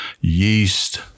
yeast